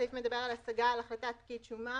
הסעיף מדבר על השגה על החלטת פקיד שומה.